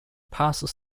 passes